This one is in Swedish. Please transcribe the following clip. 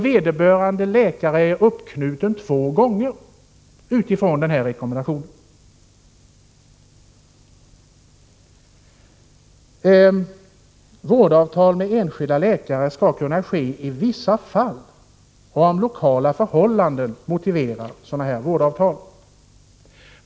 Vederbörande läkare är alltså uppknuten två gånger, om man följer denna rekommendation. Vidare heter det att vårdavtal med enskilda läkare skall kunna träffas i vissa fall, om lokala förhållanden motiverar sådana här vårdavtal.